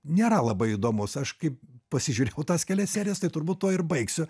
nėra labai įdomus aš kaip pasižiūrėjau tas kelias serijas tai turbūt tuo ir baigsiu